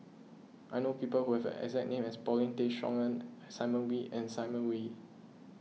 I know people who have exact name as Paulin Tay Straughan Simon Wee and Simon Wee